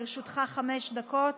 לרשותך חמש דקות,